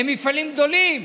הם מפעלים גדולים,